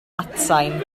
atsain